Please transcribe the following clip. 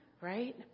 right